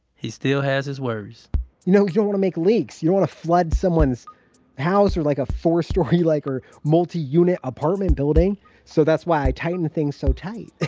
he still has his worries you know, you don't wanna make leaks. you don't wanna flood someone's house or like a four-story, like, or multi-unit apartment building so that's why i tighten things so tight,